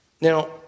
Now